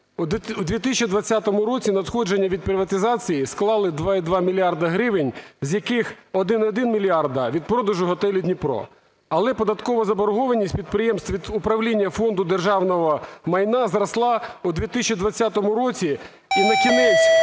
У 2020 році надходження від приватизації склали 2,2 мільярда гривень, з яких 1,1 мільярд від продажу готелю "Дніпро". Але податкова заборгованість підприємств від управління Фонду державного майна зросла у 2020 році і на кінець